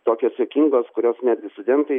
tokios juokingos kurios netgi studentai